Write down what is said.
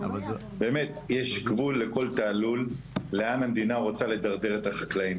באמת יש גבול לכל תעלול לאן המדינה רוצה לדרדר את החקלאים.